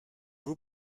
vous